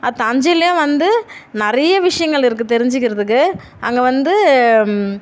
அ தஞ்சையிலேயே வந்து நிறைய விஷயங்கள் இருக்குது தெரிஞ்சுக்கிறதுக்கு அங்கே வந்து